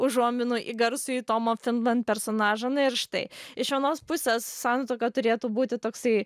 užuominų į garsųjį tomo finland personažą na ir štai iš vienos pusės santuoka turėtų būti toksai